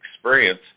experience